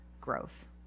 growth